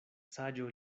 saĝo